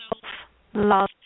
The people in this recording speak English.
self-love